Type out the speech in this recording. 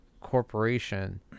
corporation